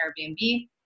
Airbnb